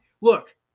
Look